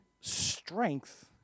strength